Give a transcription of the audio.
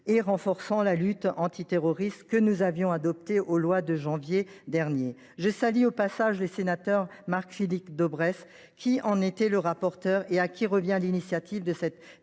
et renforçant la lutte antiterroriste, que nous avons adoptée au mois de janvier dernier. Je salue au passage Marc Philippe Daubresse, qui en était le rapporteur et à qui revient l’initiative de cette